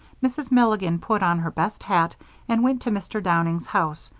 mrs. milligan put on her best hat and went to mr. downing's house,